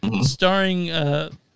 starring